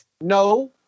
No